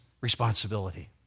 responsibility